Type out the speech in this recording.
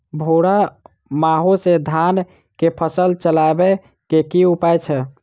भूरा माहू सँ धान कऽ फसल बचाबै कऽ की उपाय छै?